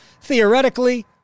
theoretically